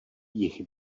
jich